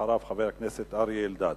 אחריו, חבר הכנסת אריה אלדד.